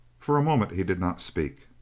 for a moment he did not speak.